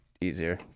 easier